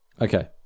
Okay